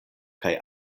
kaj